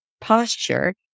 posture